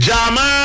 Jama